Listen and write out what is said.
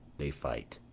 they fight.